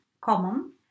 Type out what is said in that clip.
common